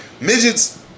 midgets